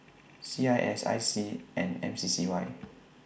C I S I C and M C C Y